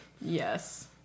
Yes